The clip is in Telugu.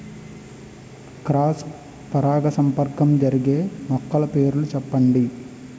క్రాస్ పరాగసంపర్కం జరిగే మొక్కల పేర్లు చెప్పండి?